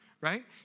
right